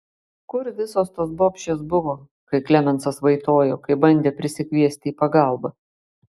kur visos tos bobšės buvo kai klemensas vaitojo kai bandė prisikviesti į pagalbą